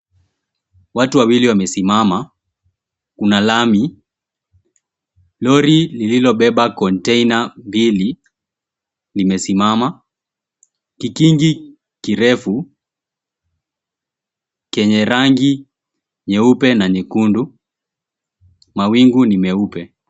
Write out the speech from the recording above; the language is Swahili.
Watu wawili wamesimama, kuna lami, lori lililobeba container mbili limesimama, kikingi kirefu kenye rangi nyeupe na nyekundu, mawingu ni meupe.